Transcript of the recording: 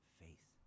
faith